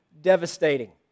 devastating